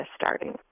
starting